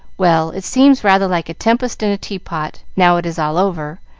well, it seems rather like a tempest in a teapot, now it is all over,